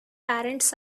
parents